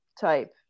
type